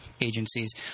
agencies